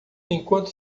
enquanto